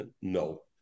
No